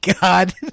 God